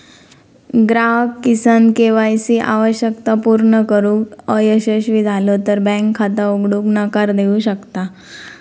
ग्राहक किमान KYC आवश्यकता पूर्ण करुक अयशस्वी झालो तर बँक खाता उघडूक नकार देऊ शकता